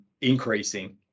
increasing